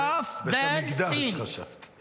חשבתי